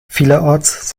vielerorts